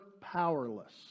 powerless